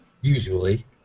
Usually